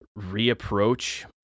reapproach